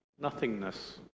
nothingness